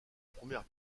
première